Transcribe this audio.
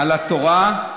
על התורה,